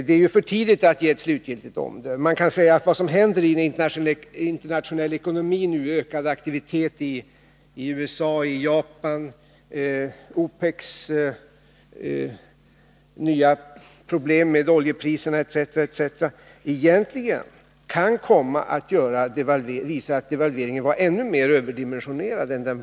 Det är för tidigt att ge ett slutgiltigt omdöme. Man kan säga att vad som händer i den internationella ekonomin nu, ökad aktivitet i USA och Japan, OPEC:s nya problem med oljepriserna etc., egentligen kan komma att visa att devalveringen var ännu mer överdimensionerad.